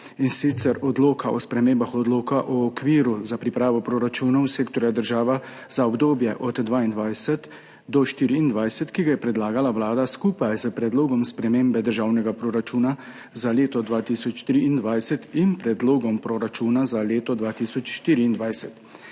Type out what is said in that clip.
Predlog odloka o spremembah Odloka o okviru za pripravo proračunov sektorja država za obdobje od 2022 do 2024, ki ga je predlagala Vlada skupaj s predlogom spremembe državnega proračuna za leto 2023 in predlogom proračuna za leto 2024.